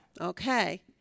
Okay